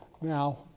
Now